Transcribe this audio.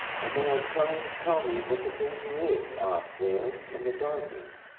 and they are trying to tell me what the danger is off there in the darkness.